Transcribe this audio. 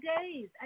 days